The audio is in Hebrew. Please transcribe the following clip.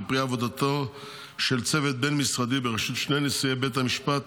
היא פרי עבודתו של צוות בין-משרדי בראשות שני נשיאי בית משפט